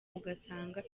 ugasanga